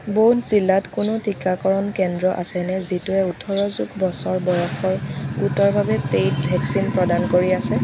বৌধ জিলাত কোনো টীকাকৰণ কেন্দ্ৰ আছেনে যিটোৱে ওঠৰ যোগ বছৰ বয়সৰ গোটৰ বাবে পেইড ভেকচিন প্ৰদান কৰি আছে